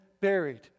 buried